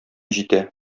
җитә